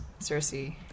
Cersei